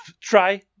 try